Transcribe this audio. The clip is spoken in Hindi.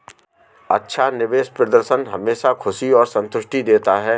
अच्छा निवेश प्रदर्शन हमेशा खुशी और संतुष्टि देता है